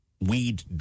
Weed